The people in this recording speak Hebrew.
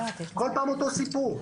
כל פעם אותו סיפור.